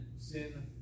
sin